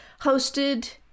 hosted